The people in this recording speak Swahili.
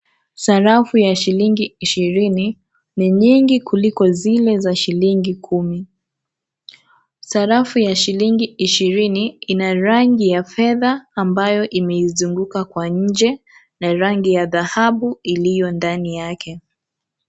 Sarafu ya shilingi ishirini ni nyingi kuliko zile za shilingi kumi. Sarafu ya shilingi ishirini Ina rangi ya fedha, ambayo imeizunguka kwa nje na rangi ya dhahabu iliyo kando yake.